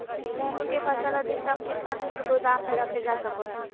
मूंग की फसल अधिकतम कितना दिन गोदाम में रखे जा सको हय?